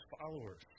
followers